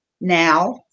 now